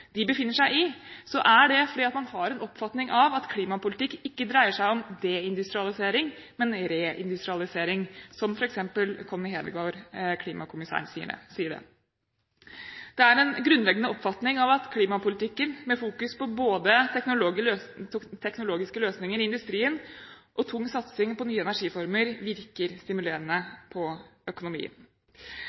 de befinner seg i, er det fordi man har en oppfatning av at klimapolitikk ikke dreier seg om deindustralisering, men reindustrialisering, som f.eks. Connie Hedegaard, klimakommisæren, sier det. Det er en grunnleggende oppfatning at klimapolitikken, med fokus på både teknologiske løsninger i industrien og tung satsing på nye energiformer, virker stimulerende på